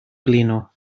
blino